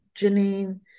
Janine